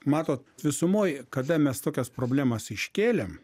matot visumoj kada mes tokias problemas iškėlėm